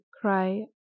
Cry